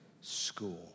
school